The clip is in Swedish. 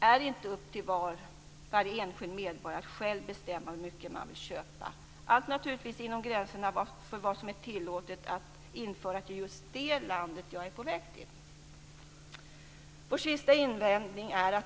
Är det inte upp till varje enskild medborgare att själv bestämma hur mycket man vill köpa, naturligtvis inom gränserna för vad som är tillåtet att införa till just det land som man är på väg till? Vi har en sista invändning.